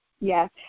Yes